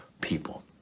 people